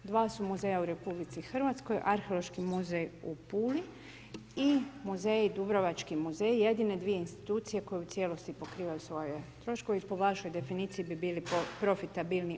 Dva su muzeja u RH, Arheološki muzej u Puli i muzeji, Dubrovački muzeji jedine dvije institucije koje u cijelosti pokrivaju svoje troškove i po vašoj definiciji bi bili profitabilni.